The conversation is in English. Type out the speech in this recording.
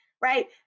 right